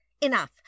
enough